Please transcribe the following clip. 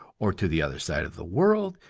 or to the other side of the world,